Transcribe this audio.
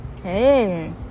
Hey